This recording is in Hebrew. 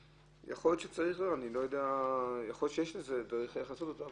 איזו שהיא דרך איך לעשות את זה.